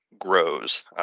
grows